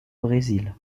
brésil